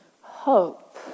hope